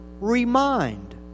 remind